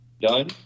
done